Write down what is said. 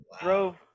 drove